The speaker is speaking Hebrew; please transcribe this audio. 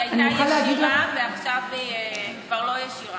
היא הייתה ישירה ועכשיו היא כבר לא ישירה.